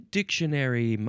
Dictionary